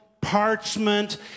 parchment